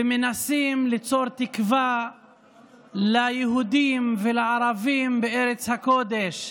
ומנסים ליצור תקווה ליהודים ולערבים בארץ הקודש.